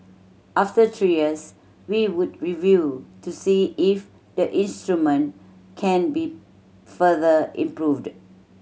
after three years we would review to see if the instrument can be further improved